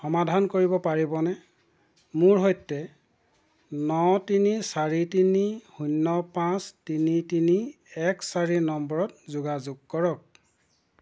সমাধান কৰিব পাৰিবনে মোৰ সৈতে ন তিনি চাৰি তিনি শূন্য পাঁচ তিনি তিনি এক চাৰি নম্বৰত যোগাযোগ কৰক